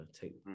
take